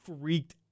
freaked